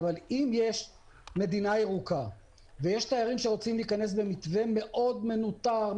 אם יש מדינה ירוקה ויש תיירים שרוצים להיכנס במתווה מאוד מנוטר,